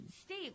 Steve